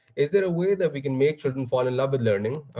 is there a way that we can make children fall in love with learning?